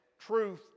Truth